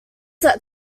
that